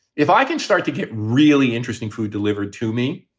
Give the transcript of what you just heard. if i can start to get really interesting food delivered to me,